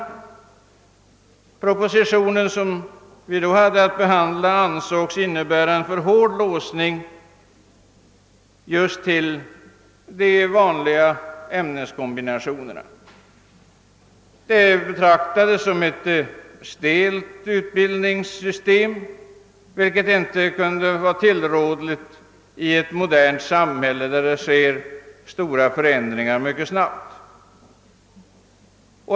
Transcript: Den proposition som vi då hade att behandla ansågs innebära en alltför hård låsning just till de vanliga ämneskombinationerna. Det betraktades som ett stelt utbildningssystem, vilket inte kunde vara tillrådligt i ett modernt samhälle, där det sker stora förändringar mycket snabbt.